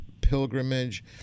pilgrimage